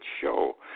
show